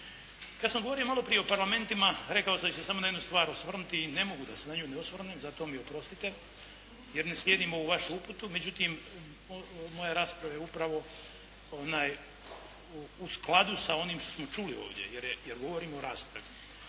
Kada sam govorio maloprije o parlamentima, rekao sam da ću se samo na jednu stvar osvrnuti i ne mogu da se na nju ne osvrnem, zato mi oprostite, jer ne slijedim ovu vašu uputu, međutim, moja rasprava je upravo u skladu sa onim što smo čuli ovdje, jer govorimo o raspravi.